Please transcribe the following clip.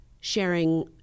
sharing